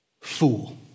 fool